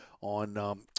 on –